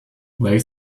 they